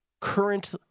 current